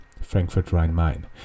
Frankfurt-Rhein-Main